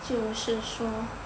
就是说